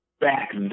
back